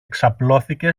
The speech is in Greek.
ξαπλώθηκε